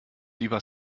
lieber